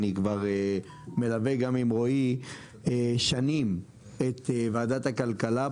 אני מלווה גם עם רועי שנים את ועדת הכלכלה,